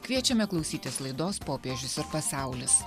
kviečiame klausytis laidos popiežius ir pasaulis